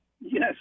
Yes